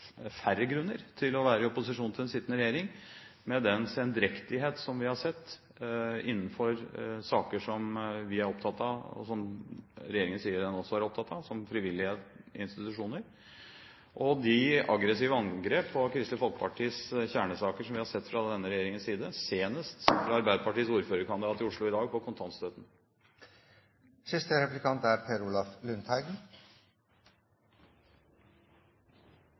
færre grunner til å være i opposisjon til den sittende regjering, med den sendrektighet som vi har sett i saker som vi er opptatt av, og som regjeringen sier den også er opptatt av, som f.eks. frivillige institusjoner, og med de aggressive angrep på Kristelig Folkepartis kjernesaker som vi har sett fra denne regjeringens side, senest angrepet fra Arbeiderpartiets ordførerkandidat i Oslo i dag på kontantstøtten.